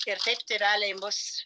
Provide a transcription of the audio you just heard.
ir taip tėveliai mus